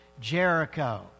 Jericho